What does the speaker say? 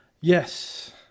Yes